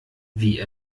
wie